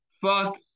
Fuck